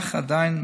אך עדיין,